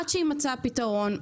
עד שיימצא הפתרון.